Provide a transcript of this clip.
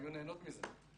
היו נהנות מזה.